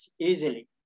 easily